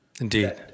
indeed